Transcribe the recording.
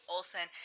Olson